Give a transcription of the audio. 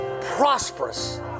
prosperous